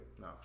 No